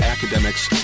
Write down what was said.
Academics